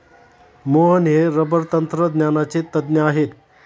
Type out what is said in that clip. मोहन हे रबर तंत्रज्ञानाचे तज्ज्ञ आहेत